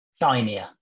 shinier